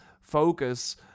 focus